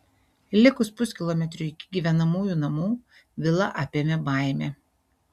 likus puskilometriui iki gyvenamųjų namų vilą apėmė baimė